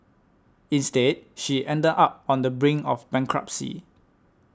instead she ended up on the brink of bankruptcy